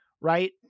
right